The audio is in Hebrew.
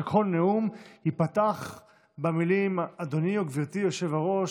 שכל נאום ייפתח במילים "אדוני" או "גברתי" "היושב-ראש,